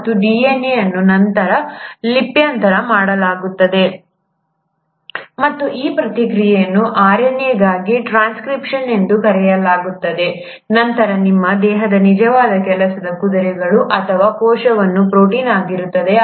ಮತ್ತು ಈ DNA ಅನ್ನು ನಂತರ ಲಿಪ್ಯಂತರ ಮಾಡಲಾಗುತ್ತದೆ ಮತ್ತು ಈ ಪ್ರಕ್ರಿಯೆಯನ್ನು RNA ಆಗಿ ಟ್ರಾನ್ಸ್ಕ್ರಿಪ್ಷನ್ ಎಂದು ಕರೆಯಲಾಗುತ್ತದೆ ನಂತರ ನಿಮ್ಮ ದೇಹದ ನಿಜವಾದ ಕೆಲಸದ ಕುದುರೆಗಳು ಅಥವಾ ಕೋಶವು ಪ್ರೋಟೀನ್ ಆಗಿರುತ್ತದೆ